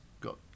got